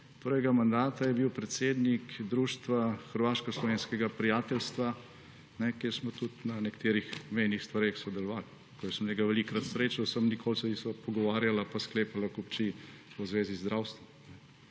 prvega mandata je bil predsednik Društva hrvaško-slovenskega prijateljstva, kjer smo tudi na nekaterih mejnih stvareh sodelovali. Tako da jaz sem njega velikokrat srečal, samo nikoli se nisva pogovarjala pa sklepala kupčij v zvezi z zdravstvom.